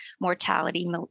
mortality